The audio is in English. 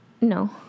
No